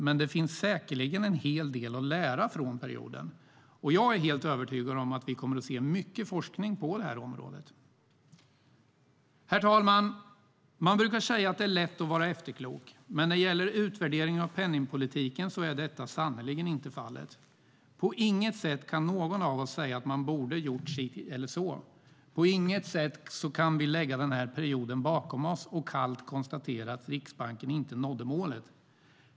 Men det finns säkerligen en hel del att lära från perioden, och jag är helt övertygad om att vi kommer att se mycket forskning på området. Herr talman! Man brukar säga att det är lätt att vara efterklok, men när det gäller utvärderingen av penningpolitiken är detta sannerligen inte fallet. På inget sätt kan någon av oss säga att man borde ha gjort si eller så, på inget sätt kan vi lägga den här perioden bakom oss och kallt konstatera att Riksbanken inte nådde målet.